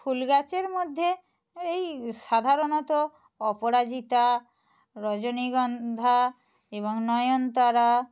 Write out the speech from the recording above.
ফুলগাছের মধ্যে এই সাধারণত অপরাজিতা রজনীগন্ধা এবং নয়নতারা